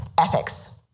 ethics